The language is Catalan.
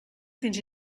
fins